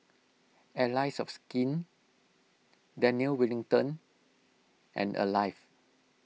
Allies of Skin Daniel Wellington and Alive